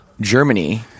germany